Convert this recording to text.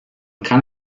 kann